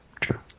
true